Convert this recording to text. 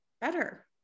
better